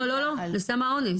לא, לא, לא על סם האונס.